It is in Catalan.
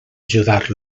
ajudar